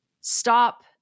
Stop